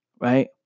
right